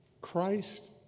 Christ